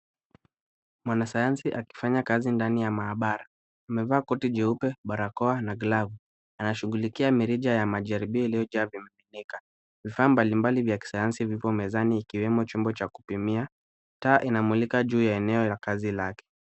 Mwanasayansi alifanya kazi ndani ya maabara. Amevaa koti jeupe, barakoa na glavu. Anashughulikia mirija ya majaribio iliyojaa vimiminika. Vifaa mbalimbali za kisayansi vipo mezani ikiwemo chombo cha kupimia. Taa inamulika juu ya eneo la kazi yake.